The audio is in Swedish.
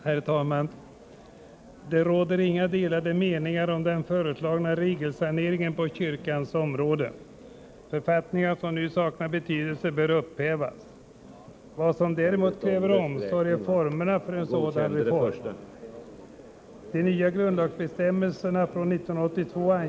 Herr talman! Det råder inga delade meningar om den föreslagna regelsaneringen på kyrkans område. Författningar som nu saknar betydelse bör upphävas. Vad som däremot kräver omsorg är formerna för en sådan reform.